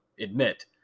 admit